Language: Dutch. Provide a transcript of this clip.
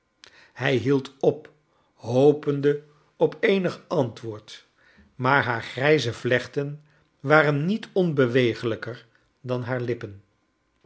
hrj hield op hopende op eenig j antwoord maar haar grijze vlechten j waren niet onbeweeglijker dan haar j lippen